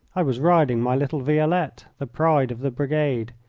i was riding my little violette, the pride of the brigade.